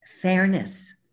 fairness